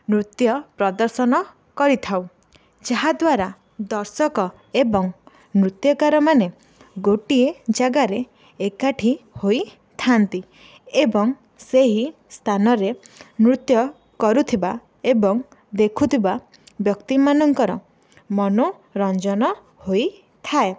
ନୃତ୍ୟ ପ୍ରଦର୍ଶନ କରିଥାଉ ଯାହାଦ୍ୱାରା ଦର୍ଶକ ଏବଂ ନୃତ୍ୟକାରମାନେ ଗୋଟିଏ ଜାଗାରେ ଏକାଠି ହୋଇଥାନ୍ତି ଏବଂ ସେହି ସ୍ଥାନରେ ନୃତ୍ୟ କରୁଥିବା ଏବଂ ଦେଖୁଥିବା ବ୍ୟକ୍ତିମାନଙ୍କର ମନୋରଞ୍ଜନ ହୋଇଥାଏ